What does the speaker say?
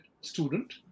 student